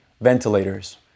ventilators